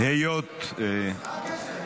מה הקשר?